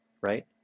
right